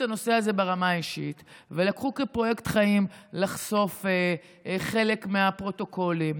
הנושא הזה ברמה האישית ולקחו כפרויקט חיים לחשוף חלק מהפרוטוקולים,